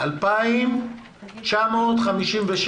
2,957